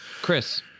Chris